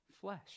flesh